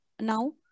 now